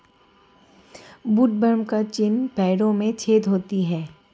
woodworm का चिन्ह पेड़ों में छेद होता है